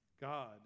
God